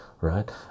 right